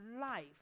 life